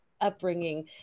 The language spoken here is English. upbringing